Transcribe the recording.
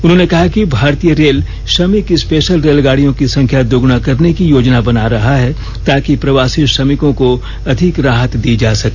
उन्होंने कहा कि भारतीय रेल श्रमिक स्पेशल रेलगाड़ियों की संख्या दोगुणा करने की योजना बना रहा है ताकि प्रवासी श्रमिकों को अधिक राहत दी जा सके